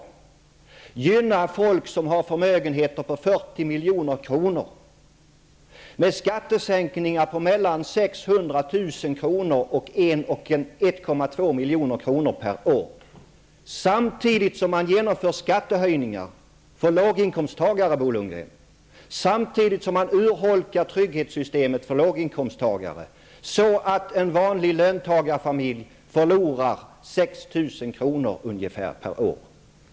Man gynnar folk som har förmögenheter på 40 milj.kr. genom skattesänkningar på mellan 600 000 och 1,2 miljoner per år, samtidigt som man genomför skattehöjningar för låginkomsttagare, Bo Lundgren, och samtidigt som man urholkar trygghetssystemet för låginkomsttagare, så att en vanlig löntagarfamilj förlorar ungefär 6 000 kr.